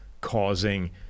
causing